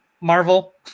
Marvel